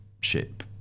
ship